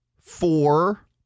four